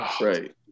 Right